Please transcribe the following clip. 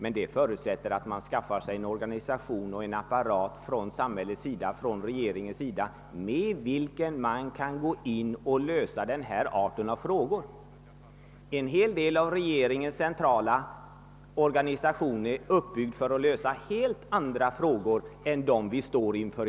En sådan förutsätter emellertid att samhället skaffar sig en organisation med vilken regeringen kan gå in och lösa denna art av frågor. En stor del av regeringens centrala organisation är uppbyggd med tanke på helt andra problem än dem vi i dag står inför.